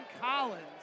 Collins